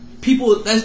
people